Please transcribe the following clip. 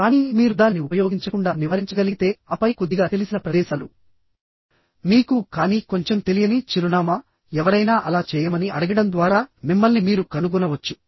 కానీ మీరు దానిని ఉపయోగించకుండా నివారించగలిగితే ఆపై కొద్దిగా తెలిసిన ప్రదేశాలు మీకు కానీ కొంచెం తెలియని చిరునామాఎవరైనా అలా చేయమని అడగడం ద్వారా మిమ్మల్ని మీరు కనుగొనవచ్చు